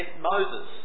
Moses